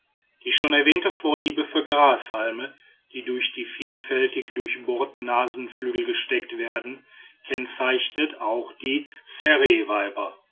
die schon erwähnte vorliebe für grashalme die durch die vielfältig durchbohrten nasenflügel gesteckt werden kennzeichnet auch die